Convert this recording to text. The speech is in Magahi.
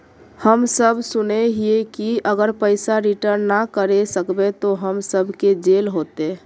हम सब सुनैय हिये की अगर पैसा रिटर्न ना करे सकबे तो हम सब के जेल होते?